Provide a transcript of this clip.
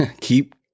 keep